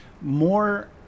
More